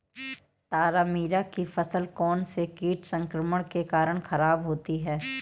तारामीरा की फसल कौनसे कीट संक्रमण के कारण खराब होती है?